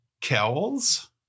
Kells